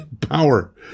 power